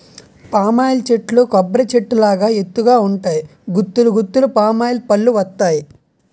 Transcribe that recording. palm oil చెట్లు కొబ్బరి చెట్టు లాగా ఎత్తు గ ఉంటాయి గుత్తులు గుత్తులు పామాయిల్ పల్లువత్తాయి